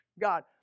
God